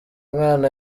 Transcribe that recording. mwana